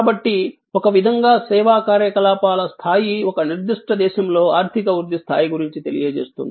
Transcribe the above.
కాబట్టి ఒక విధంగా సేవా కార్యకలాపాల స్థాయి ఒక నిర్దిష్ట దేశంలో ఆర్థిక వృద్ధి స్థాయి గురించి తెలియజేస్తుంది